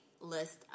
list